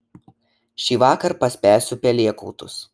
šįvakar paspęsiu pelėkautus